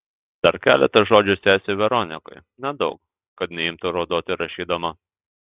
dar keletą žodžių sesei veronikai nedaug kad neimtų raudoti rašydama